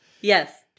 Yes